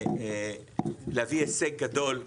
להביא הישג גדול,